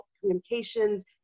communications